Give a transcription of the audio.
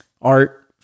Art